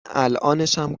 الانشم